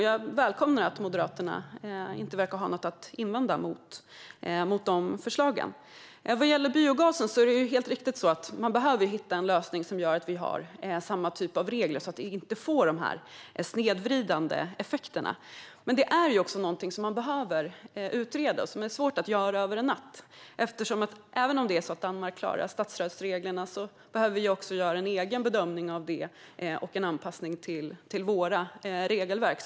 Jag välkomnar att Moderaterna inte verkar ha något att invända mot dessa förslag. Man behöver helt riktigt hitta en lösning vad gäller biogasen som gör att vi har samma slags regler, så att vi inte får snedvridande effekter. Det här är dock något som behöver utredas och kan inte göras över en natt. Även om Danmark klarar statsstödsreglerna behöver vi göra en egen bedömning av detta och en anpassning till våra regelverk.